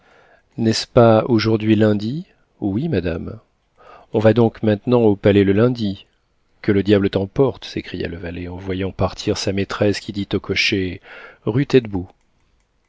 n'est-ce pas aujourd'hui lundi oui madame on va donc maintenant au palais le lundi que le diable t'emporte s'écria le valet en voyant partir sa maîtresse qui dit au cocher rue taitbout